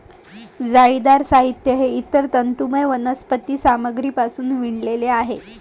जाळीदार साहित्य हे इतर तंतुमय वनस्पती सामग्रीपासून विणलेले आहे